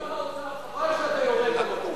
אדוני שר האוצר, חבל שאתה יורד למקום הזה.